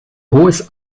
hohes